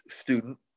student